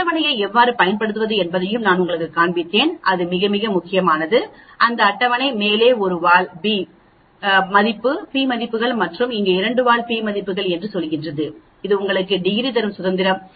அட்டவணையை எவ்வாறு பயன்படுத்துவது என்பதையும் நான் உங்களுக்குக் காண்பித்தேன் அது மிக மிக முக்கியமானது அந்த அட்டவணை மேலே ஒரு வால் பி மதிப்புகள் மற்றும் இங்கே இரண்டு வால் பி மதிப்புகள் என்று சொல்கிறது இது உங்களுக்கு டிகிரி தரும் சுதந்திரம்